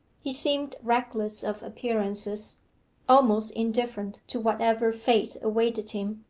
he seemed reckless of appearances almost indifferent to whatever fate awaited him.